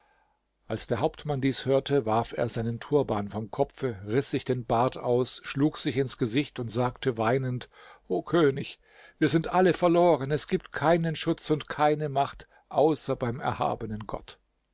als der hauptmann dies hörte warf er seinen turban vom kopfe riß sich den bart aus schlug sich ins gesicht und sagte weinend o könig wir sind alle verloren es gibt keinen schutz und keine macht außer beim erhabenen gott